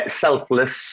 selfless